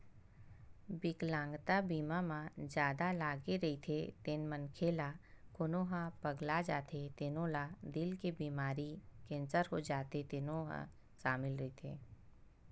बिकलांगता बीमा म जादा लागे रहिथे तेन मनखे ला कोनो ह पगला जाथे तेनो ला दिल के बेमारी, केंसर हो जाथे तेनो ह सामिल रहिथे